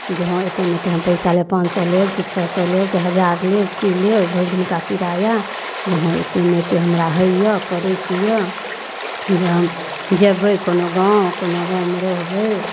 जे हँ एते ने एते हम पैसा लेब पाँच सए लेब कि छओ सए लेब कि हजार लेब की लेब भरि दिनका किराया जे हँ एते नहि एते हमरा हय यऽ करैके यऽ जे हम जेबै कोनो गाँव कोनो गाँवमे रहबै